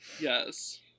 Yes